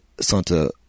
Santa